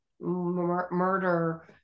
murder